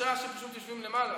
ומשפט נתקבלה.